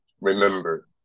remember